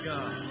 God